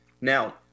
Now